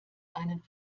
einen